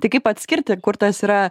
tai kaip atskirti kur tas yra